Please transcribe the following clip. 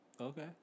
Okay